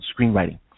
screenwriting